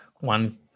one